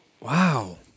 Wow